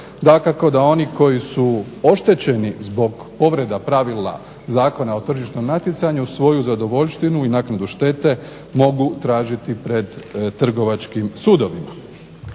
Dakako da oni koji su oštećeni zbog povreda pravila Zakona o tržišnom natjecanju svoju zadovoljštinu i naknadu štete mogu tražiti pred trgovačkim sudom.